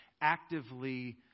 actively